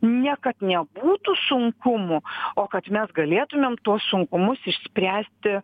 ne kad nebūtų sunkumų o kad mes galėtumėm tuos sunkumus išspręsti